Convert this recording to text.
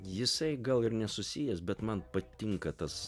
jisai gal ir nesusijęs bet man patinka tas